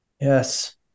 Yes